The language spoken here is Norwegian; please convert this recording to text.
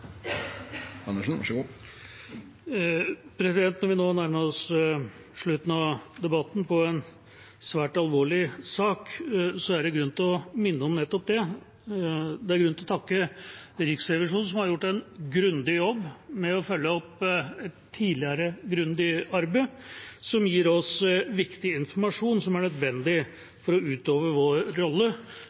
Når vi nå nærmer oss slutten av debatten om en svært alvorlig sak, er det grunn til å minne om nettopp det. Det er grunn til å takke Riksrevisjonen, som har gjort en grundig jobb med å følge opp et tidligere grundig arbeid, som gir oss viktig informasjon som er nødvendig for å utøve vår rolle